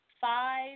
five